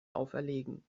auferlegen